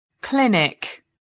Clinic